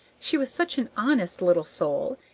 she was such an honest little soul,